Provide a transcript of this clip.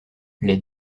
les